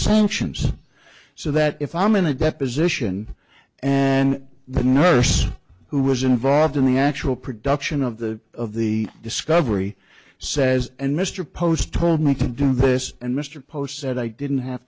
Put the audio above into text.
sanctions so that if i'm in a deposition and the nurse who was involved in the actual production of the of the discovery says and mr post told me to do this and mr post said i didn't have